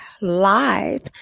live